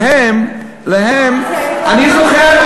להם, להם, אני זוכר.